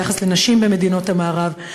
ביחס לנשים במדינות המערב.